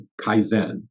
Kaizen